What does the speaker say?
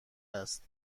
است